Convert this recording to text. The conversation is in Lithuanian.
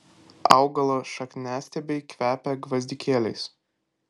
augalo šakniastiebiai kvepia gvazdikėliais